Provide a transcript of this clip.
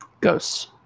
Ghosts